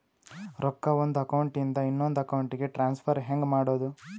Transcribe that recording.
ರೊಕ್ಕ ಒಂದು ಅಕೌಂಟ್ ಇಂದ ಇನ್ನೊಂದು ಅಕೌಂಟಿಗೆ ಟ್ರಾನ್ಸ್ಫರ್ ಹೆಂಗ್ ಮಾಡೋದು?